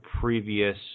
previous